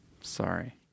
Sorry